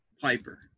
Piper